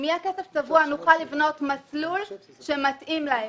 אם יהיה כסף צבוע, נוכל לבנות מסלול שמתאים להם.